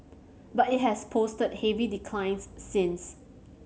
but it has posted heavy declines since